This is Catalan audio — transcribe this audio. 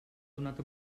donat